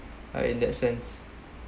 uh in that sense